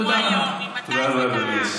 תודה רבה.